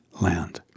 land